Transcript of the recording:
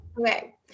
okay